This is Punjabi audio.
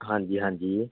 ਹਾਂਜੀ ਹਾਂਜੀ